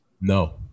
No